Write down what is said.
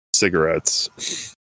cigarettes